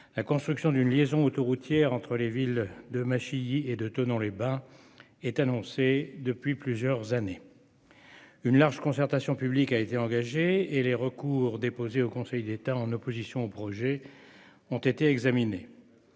La construction d'une liaison autoroutière entre les villes de Massy et de Thonon-les-Bains est annoncée depuis plusieurs années. Une large concertation publique a été engagée et les recours déposé au Conseil d'État, en opposition au projet ont été examinés.